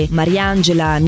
Mariangela